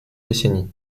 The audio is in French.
décennies